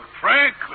Frank